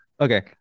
okay